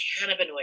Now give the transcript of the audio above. cannabinoids